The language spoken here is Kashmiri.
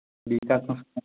بیٚیہِ کانٛہہ